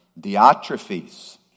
Diotrephes